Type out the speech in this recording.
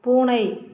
பூனை